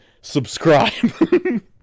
Subscribe